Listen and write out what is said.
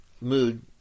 mood